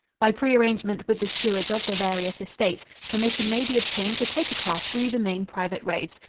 by prearrangement with the stewards of the various estates, permission may be obtained to take a car through the main private roads.